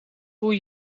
hoe